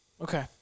okay